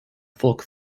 folk